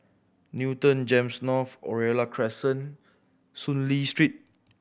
Newton GEMS North Oriole Crescent Soon Lee Street